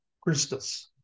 Christus